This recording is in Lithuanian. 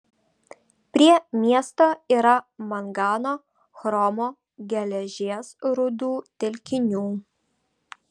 prie miesto yra mangano chromo geležies rūdų telkinių